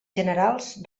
generals